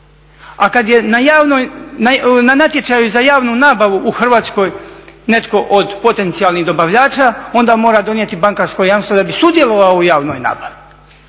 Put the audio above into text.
A kada je na natječaju za javnu nabavu u Hrvatskoj netko od potencijalnih dobavljača, onda mora donijeti bankarsko jamstvo da bi sudjelovao u javnoj nabavi,